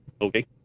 Okay